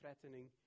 threatening